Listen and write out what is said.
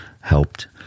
helped